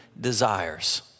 desires